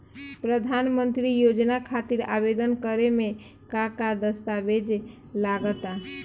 प्रधानमंत्री योजना खातिर आवेदन करे मे का का दस्तावेजऽ लगा ता?